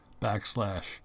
backslash